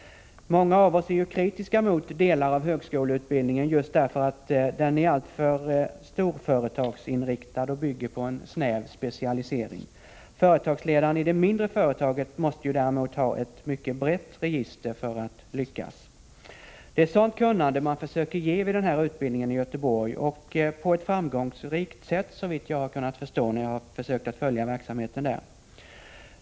Många av oss är ju kritiska mot delar av högskoleutbildningen just därför att den är alltför storföretagsinriktad och bygger på en snäv specialisering. Företagsledaren i det mindre företaget däremot måste ha ett mycket brett register för att lyckas. Det är sådant kunnande man försöker ge vid den här utbildningen i Göteborg, och detta sker på ett framgångsrikt sätt såvitt jag har kunnat förstå efter att ha följt verksamheten.